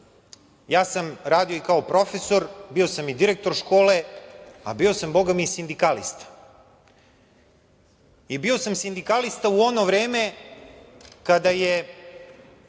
Ja sam radio kao profesor, bio sam i direktor škole, a bio sam bogami i sindikalista. Bio sam sindikalista u ono vreme kada su